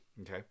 okay